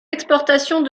exportations